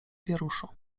wieruszu